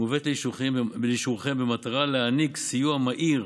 מובאת לאישורכם במטרה להעניק סיוע מהיר